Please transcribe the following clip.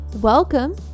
welcome